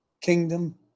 kingdom